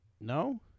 No